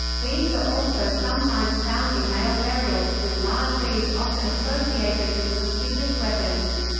beads are also sometimes found in male burials, with large beads often associated with prestigious weapons.